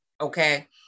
Okay